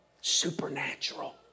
Supernatural